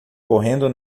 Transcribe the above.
correndo